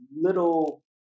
little